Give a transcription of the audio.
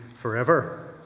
forever